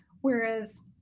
whereas